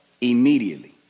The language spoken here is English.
Immediately